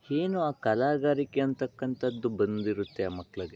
ಏನು ಆ ಕಲಾಗಾರಿಕೆ ಅಂಥಕ್ಕಂಥದ್ದು ಬಂದಿರುತ್ತೆ ಆ ಮಕ್ಳಿಗೆ